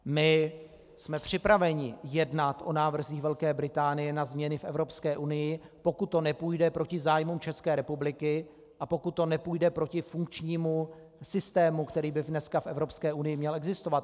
My jsme připraveni jednat o návrzích Velké Británie na změny v Evropské unii, pokud to nepůjde proti zájmům České republiky a pokud to nepůjde proti funkčnímu systému, který by dneska v Evropské unii měl existovat.